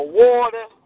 water